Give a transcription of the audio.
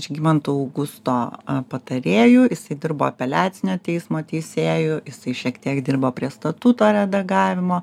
žygimanto augusto patarėju jisai dirbo apeliacinio teismo teisėju jisai šiek tiek dirbo prie statuto redagavimo